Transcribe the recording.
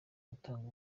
gutanga